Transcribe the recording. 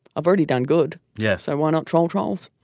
i've already done good. yes i will not troll trolls